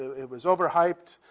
it was overhyped.